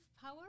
power